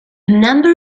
number